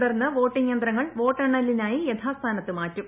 തുടർന്ന് വോട്ടിങ് യന്ത്രങ്ങൾ വോട്ടെണ്ണലിനായി യഥാസ്ഥാനത്ത് മാറ്റും